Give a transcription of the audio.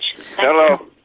Hello